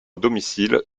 domicile